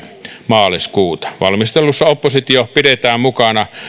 maaliskuuta valmistelussa oppositio pidetään mukana